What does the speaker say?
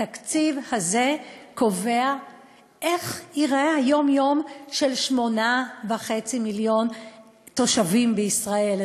התקציב הזה קובע איך ייראה היום-יום של 8.5 מיליון תושבים בישראל,